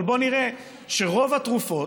אבל בואו נראה שרוב התרופות,